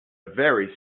very